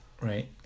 Right